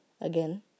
again